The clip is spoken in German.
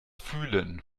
fühlen